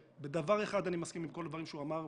שבדבר אחד אני מסכים עם כל הדברים שהוא אמר,